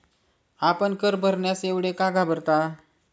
आपण कर भरण्यास एवढे का घाबरता?